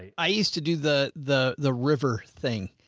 i used to do the, the the river thing.